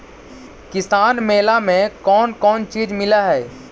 किसान मेला मे कोन कोन चिज मिलै है?